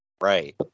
Right